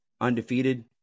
undefeated